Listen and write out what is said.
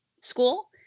school